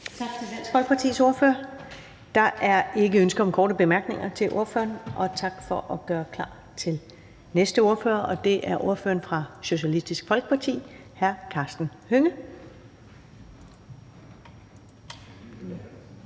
Tak til Dansk Folkepartis ordfører. Der er ikke ønske om korte bemærkninger til ordføreren. Tak for at gøre klar til næste ordfører, og det er ordføreren fra Socialistisk Folkeparti, hr. Karsten Hønge.